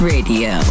Radio